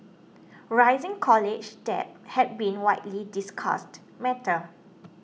rising college debt has been widely discussed matter